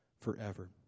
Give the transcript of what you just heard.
forever